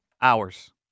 Hours